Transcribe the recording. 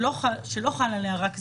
שלא חל עליה רק זה,